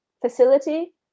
facility